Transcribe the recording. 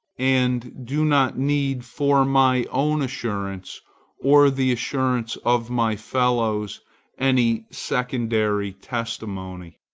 and do not need for my own assurance or the assurance of my fellows any secondary testimony.